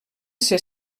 ser